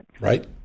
Right